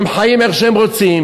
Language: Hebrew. הם חיים איך שהם רוצים,